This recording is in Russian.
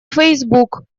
facebook